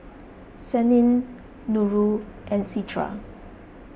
Senin Nurul and Citra